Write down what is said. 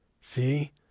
See